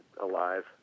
alive